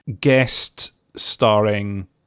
guest-starring